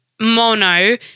mono